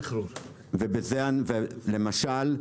למשל,